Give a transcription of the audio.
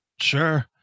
Sure